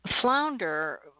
Flounder